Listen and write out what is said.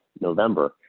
November